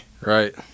Right